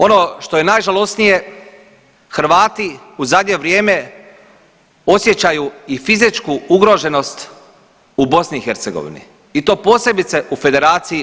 Ono što je najžalosnije, Hrvati u zadnje vrijeme osjećaju i fizičku ugroženost u BiH i to posebice u Federaciji BiH.